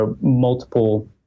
multiple